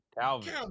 Calvin